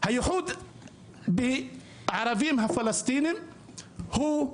הייחוד בערבים הפלסטינים הוא,